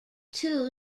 two